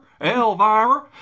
Elvira